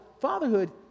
fatherhood